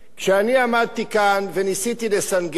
כשאני עמדתי כאן וניסיתי לסנגר